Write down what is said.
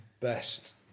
best